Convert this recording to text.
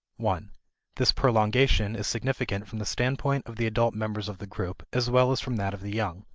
one this prolongation is significant from the standpoint of the adult members of the group as well as from that of the young.